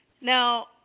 Now